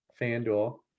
FanDuel